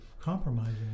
compromising